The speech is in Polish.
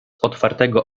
otwartego